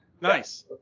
Nice